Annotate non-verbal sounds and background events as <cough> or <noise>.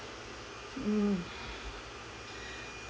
mm <breath>